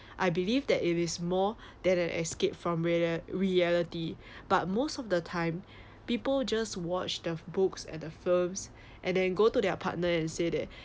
I believe that it is more than an escaped from rea~ reality but most of the time people just watch the books and the films and then go to their partner and say that